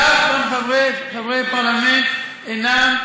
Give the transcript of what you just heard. כך גם חברי פרלמנט של הרשות הפלסטינית.